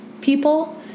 people